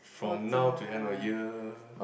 from now till end of year